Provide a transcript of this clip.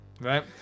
Right